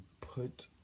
put